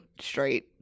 straight